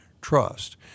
trust